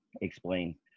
explain